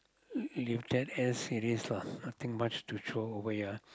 leave that as it is lah nothing much to throw away ah